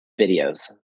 videos